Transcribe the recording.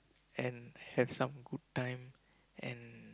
and have some good time and